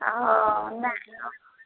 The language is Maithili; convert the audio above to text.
हँ नहि नहि अबैत होयतै